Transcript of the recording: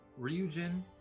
Ryujin